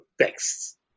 texts